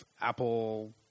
apple